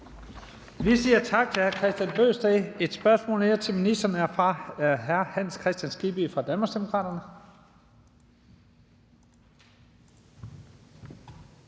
Vi siger tak til hr. Kristian Bøgsted. Der er et spørgsmål mere til ministeren, og det er fra hr. Hans Kristian Skibby fra Danmarksdemokraterne.